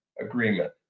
agreement